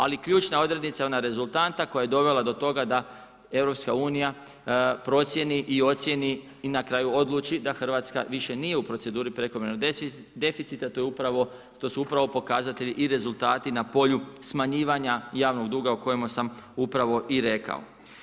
Ali ključna odrednica, ona rezultanta koja je dovela do toga da EU procijeni i ocijeni i na kraju odluči da Hrvatska više nije u proceduri prekomjernog deficita, to su upravo pokazatelji i rezultati na polju smanjivanja javnog duga o kojemu sam upravo i rekao.